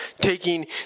taking